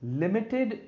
limited